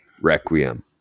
Requiem